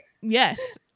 yes